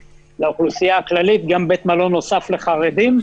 לאוכלוסייה הכללית גם בית מלון נוסף לחרדים.